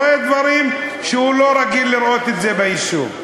רואה דברים שהוא לא רגיל לראות ביישוב.